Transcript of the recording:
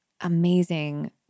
amazing